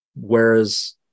Whereas